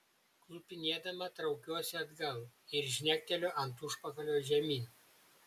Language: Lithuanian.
klupinėdama traukiuosi atgal ir žnekteliu ant užpakalio žemyn